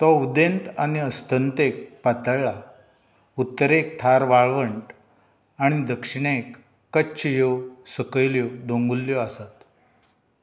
तो उदेंत आनी अस्तंतेक पातळ्ळा उत्तरेक थार वाळवंट आनी दक्षिणेक कच्छ ह्यो सकयल्यो दोंगुल्ल्यो आसात